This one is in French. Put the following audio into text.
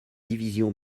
division